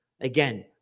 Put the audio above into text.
Again